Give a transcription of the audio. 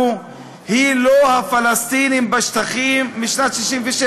היא לא הפלסטינים בשטחים משנת 1967,